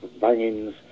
bangings